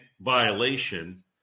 violation